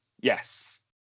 Yes